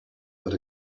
but